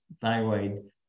thyroid